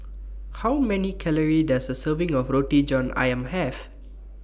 How Many Calories Does A Serving of Roti John Ayam Have